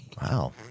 Wow